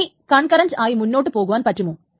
ഇനി കൺകറൻറ്റ് ആയി മുന്നോട്ടു പോകുവാൻ പറ്റുമോ